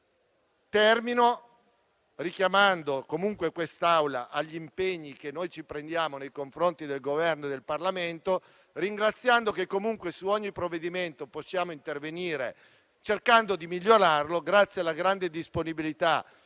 Termino richiamando comunque l'Aula agli impegni che noi assumiamo nei confronti del Governo e del Parlamento, ringraziando che comunque su ogni provvedimento possiamo intervenire cercando di migliorarlo grazie alla grande disponibilità